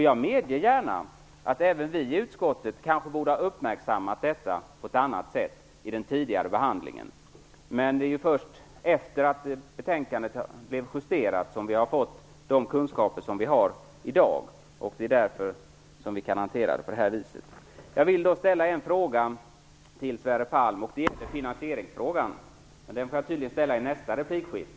Jag medger gärna att även vi i utskottet kanske borde ha uppmärksammat detta på ett annat sätt vid den tidigare behandlingen, men det var först efter det att betänkandet hade justerats som vi fick de kunskaper som vi har i dag. Det är därför som vi kan hantera det på detta sätt.